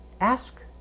ask